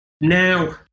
now